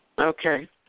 Okay